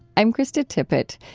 i'm krista tippett.